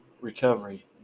recovery